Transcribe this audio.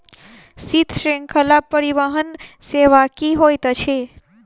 शीत श्रृंखला परिवहन सेवा की होइत अछि?